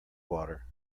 water